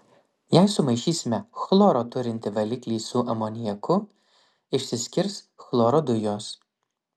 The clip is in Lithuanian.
jei sumaišysime chloro turintį valiklį su amoniaku išsiskirs chloro dujos